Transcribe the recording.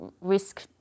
risk